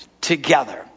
together